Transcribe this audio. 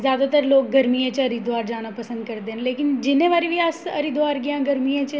ज़्यादातर लोग गर्मियें च हरिद्वार जाना पसंद करदे न लेकिन जि'न्ने बारी बी अस हरिद्वार गे आं गर्मियें च